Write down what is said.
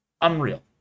Unreal